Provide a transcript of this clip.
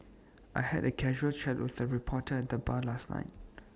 I had A casual chat with A reporter at the bar last night